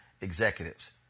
executives